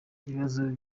ikibazo